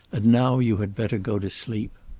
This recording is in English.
and now you had better go to sleep.